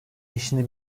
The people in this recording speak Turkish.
işini